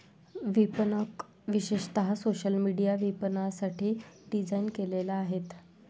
विपणक विशेषतः social media विपणनासाठी डिझाइन केलेले आहेत